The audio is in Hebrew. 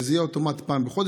שזה יהיה אוטומטית פעם בחודש,